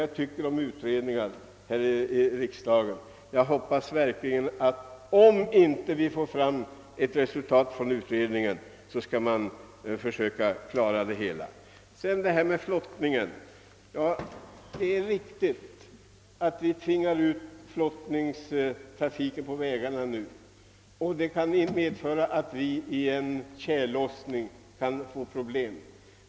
Jag har tidigare här i riksdagen sagt vad jag anser om utredningar. Om vi inte får fram ett resultat från denna utredning, hoppas jag att man ändå skall försöka klara denna fråga. Det är också riktigt att de transporter som förut skedde på flottlederna nu har förts över till vägarna. Det kan medföra att vi under tjällossningen kan få problem.